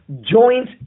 joint